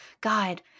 God